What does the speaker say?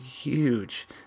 huge